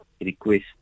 request